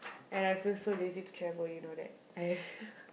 and I feel so lazy to travel you know that